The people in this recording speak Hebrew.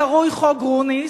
הקרוי "חוק גרוניס",